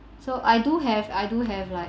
so I do have I do have like